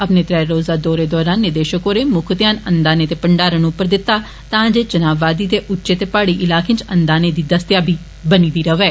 अपने त्रै रोज़ा दौरे दौरान निदेशक होरें मुक्ख ध्यान अन्नदाने दे भंडारण उप्पर दिता तां जे चिनाव वादी दे उच्चे ते पहाड़ी इलाके च अन्नदाने दी दस्तेयाबी बनी दी रवै